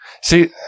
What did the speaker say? see